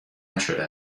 نشده